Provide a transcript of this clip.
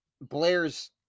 blair's